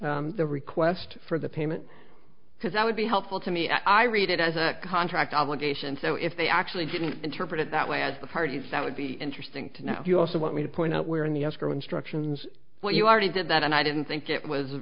about the request for the payment because that would be helpful to me i read it as a contract obligation so if they actually didn't interpret it that way as the parties that would be interesting to know if you also want me to point out where in the escrow instructions what you already did that and i didn't think it was